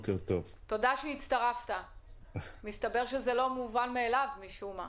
תודה שהצטרפת, מסתבר שזה לא מובן מאליו משום מה.